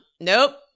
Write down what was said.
Nope